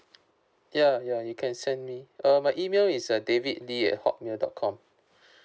ya ya you can send me err my email is uh david lee at hotmail dot com